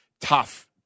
tough